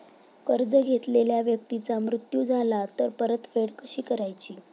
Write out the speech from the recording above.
कर्ज घेतलेल्या व्यक्तीचा मृत्यू झाला तर परतफेड कशी करायची?